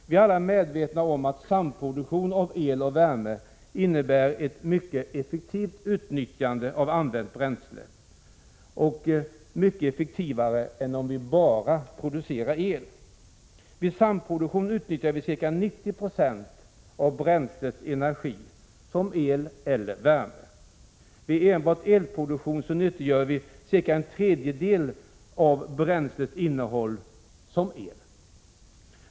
Vi är alla medvetna om att samproduktion av el och värme innebär ett mycket effektivare utnyttjande av använt bränsle än om vi enbart producerar el. Vid samproduktion utnyttjar vi ca 90 96 av bränslets energi som el eller värme. Vid enbart elproduktion nyttiggör vi cirka en tredjedel av bränslets energiinnehåll som el.